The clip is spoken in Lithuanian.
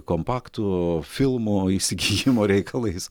kompaktų filmų įsigijimo reikalais